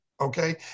okay